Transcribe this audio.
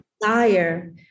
desire